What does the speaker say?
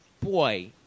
boy